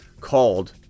called